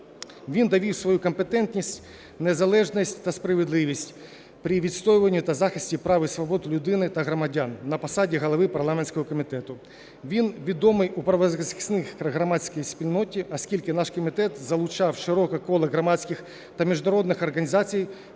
Він довів свою компетентність, незалежність та справедливість при відстоюванні та захисті прав і свобод людини та громадян на посаді голови парламентського комітету. Він відомий у правозахисній громадській спільноті, оскільки наш комітет залучав широке коло громадських та міжнародних організацій